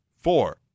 Four